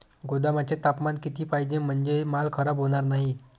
गोदामाचे तापमान किती पाहिजे? म्हणजे माल खराब होणार नाही?